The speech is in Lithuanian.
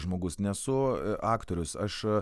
žmogus nesu aktorius aš